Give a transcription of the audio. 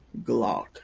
Glock